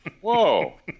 Whoa